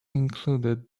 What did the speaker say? included